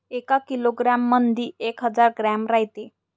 एका किलोग्रॅम मंधी एक हजार ग्रॅम रायते